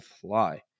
Fly